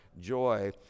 joy